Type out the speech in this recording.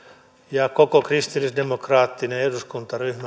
ja koko kristillisdemokraattinen eduskuntaryhmä